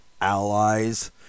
allies